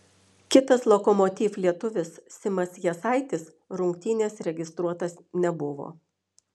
kitas lokomotiv lietuvis simas jasaitis rungtynės registruotas nebuvo